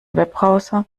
webbrowser